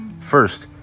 First